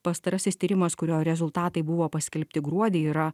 pastarasis tyrimas kurio rezultatai buvo paskelbti gruodį yra